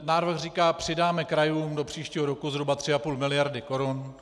Návrh říká: přidáme krajům do příštího roku zhruba 3,5 mld. korun.